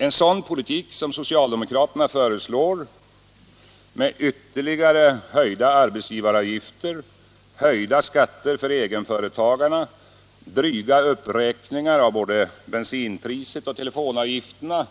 En sådan politik som socialdemokraterna föreslår med ytterligare höjda arbetsgivaravgifter, höjda skatter för egenföretagarna och dryga uppräkningar av både bensinpriset och telefonavgifterna